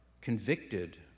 convicted